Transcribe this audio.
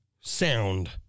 sound